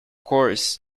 course